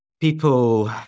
people